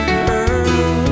girl